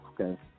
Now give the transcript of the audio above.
Okay